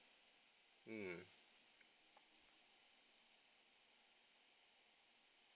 mm